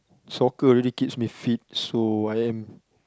soccer really keeps me fit so I am